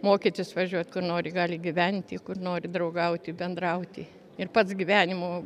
mokytis važiuot kur nori gali gyventi kur nori draugauti bendrauti ir pats gyvenimo